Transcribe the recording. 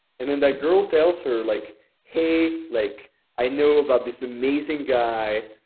and then that girl tells her, like hey, like i know about this amazing guy.